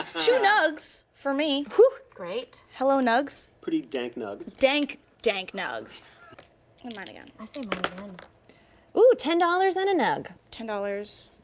two nugs for me. hoo, great. hello, nugs. pretty dank nugs. dank, dank nugs, i'mma i mean mine again. i say ooh, ten dollars and a nug. ten dollars,